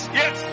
yes